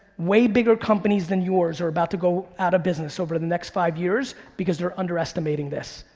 way bigger companies than yours are about to go out of business over the next five years because they're underestimating this.